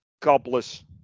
Cobblers